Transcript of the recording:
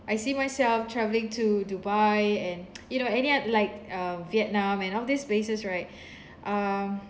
I see myself travelling to dubai and you know any ot~ like um vietnam and all these places right um